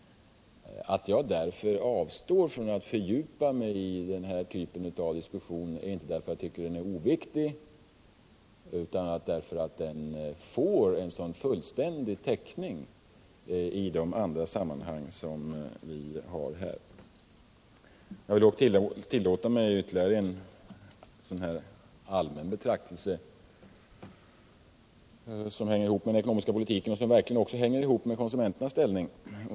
Att jag därför avstår från att fördjupa mig i den här diskussionen är inte därför att jag tycker att den är oviktig, utan därför att den får en så fullständig täckning i dessa andra sammanhang. Jag vill dock tillåta mig ytterligare en allmän betraktelse, som hänger ihop med ekonomin och verkligen också med konsumenternas ställning.